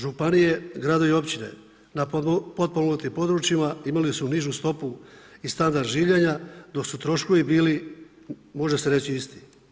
Županije, gradovi i općine na potpomognutim područjima imali su nižu stopu i standard življenja dok su troškovi bili, može se reći isti.